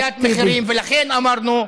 ועליית מחירים, ולכן אמרנו: